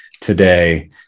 today